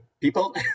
people